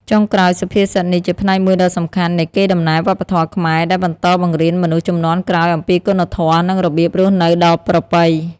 ចុងក្រោយ សុភាសិតនេះជាផ្នែកមួយដ៏សំខាន់នៃកេរដំណែលវប្បធម៌ខ្មែរ ដែលបន្តបង្រៀនមនុស្សជំនាន់ក្រោយអំពីគុណធម៌ និងរបៀបរស់នៅដ៏ប្រពៃ។